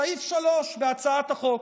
סעיף 3 בהצעת החוק,